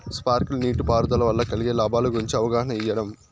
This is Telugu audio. స్పార్కిల్ నీటిపారుదల వల్ల కలిగే లాభాల గురించి అవగాహన ఇయ్యడం?